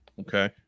Okay